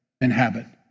inhabit